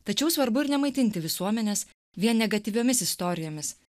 tačiau svarbu ir nemaitinti visuomenės vien negatyviomis istorijomis